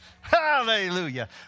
Hallelujah